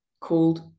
called